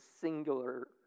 singular